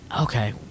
Okay